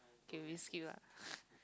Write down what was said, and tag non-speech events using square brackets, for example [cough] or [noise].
okay we skip lah [noise]